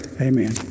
amen